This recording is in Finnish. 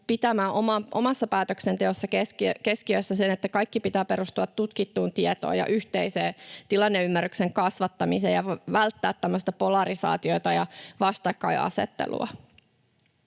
pitämään omassa päätöksenteossa keskiössä sen, että kaiken pitää perustua tutkittuun tietoon ja yhteisen tilanneymmärryksen kasvattamiseen ja pitää välttää tämmöistä polarisaatiota ja vastakkainasettelua.